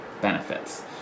benefits